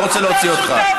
אני לא רוצה להוציא אותך.